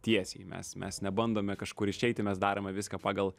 tiesiai mes mes nebandome kažkur išeiti mes darome viską pagal